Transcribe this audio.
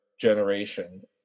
generation